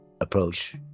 approach